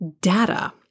data